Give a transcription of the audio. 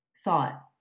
thought